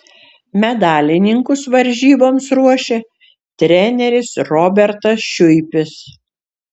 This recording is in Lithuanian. medalininkus varžyboms ruošė treneris robertas šuipis